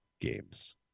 games